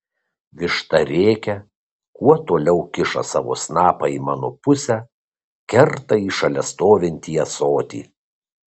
višta rėkia kuo toliau kiša savo snapą į mano pusę kerta į šalia stovintį ąsotį